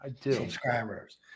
subscribers